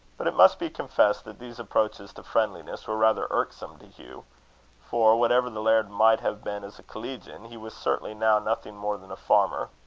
but it must be confessed that these approaches to friendliness were rather irksome to hugh for whatever the laird might have been as a collegian, he was certainly now nothing more than a farmer.